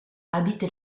habite